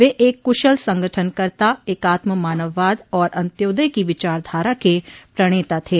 वे एक कुशल संगठनकर्ता एकात्म मानववाद और अंत्योदय की विचारधारा के प्रणेता थे